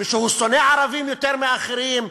ושהוא שונא ערבים יותר מאחרים,